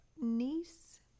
niece